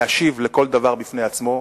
להשיב על כל דבר בפני עצמו,